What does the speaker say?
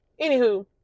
Anywho